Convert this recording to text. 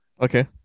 Okay